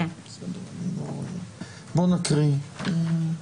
בואו נקריא אותן.